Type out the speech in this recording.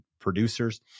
Producers